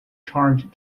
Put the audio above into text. charged